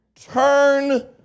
turn